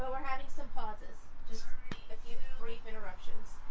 we're having some pauses. just a few brief interruptions.